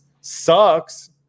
sucks